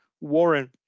Warren